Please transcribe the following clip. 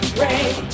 rain